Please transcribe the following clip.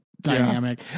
dynamic